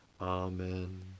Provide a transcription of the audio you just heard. Amen